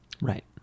Right